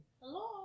Hello